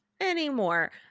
Anymore